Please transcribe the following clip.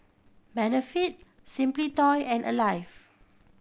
Benefit Simply Toys and Alive